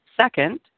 Second